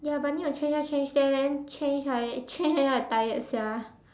ya but need to change here change there then change I change change until I tired sia